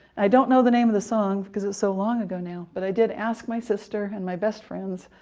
i don't know the name of the song, because it's so long ago now, but i did ask my sister and my best friends,